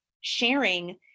sharing